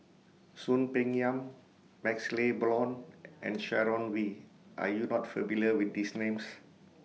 Soon Peng Yam MaxLe Blond and Sharon Wee Are YOU not familiar with These Names